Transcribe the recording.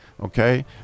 okay